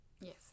Yes